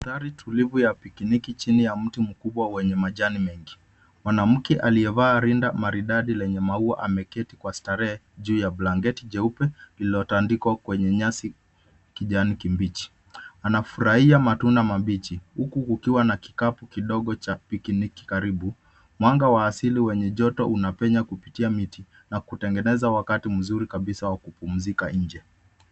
Mandhari tulivu ya pikiniki chini ya mti mkubwa wenye majani mengi. Mwanamke aliyevaa rinda maridadi lenye maua ameketi kwa starehe juu ya blanketi jeupe lililotandikwa kwenye nyasi ya kijani kibichi. Anafurahia matunda mabichi uku kukiwa na kikapu kidogo cha pikiniki karibu. Mwanga wa asili wenye joto unapenya kupitia miti na kutegeneza wakati mzuri kabisa wa kupumzika nje.